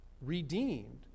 redeemed